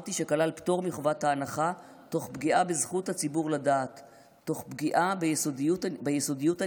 ואמרתי שכלל פטור מחובת ההנחה תוך פגיעה בזכות הציבור לדעת,